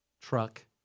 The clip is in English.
truck